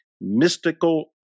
mystical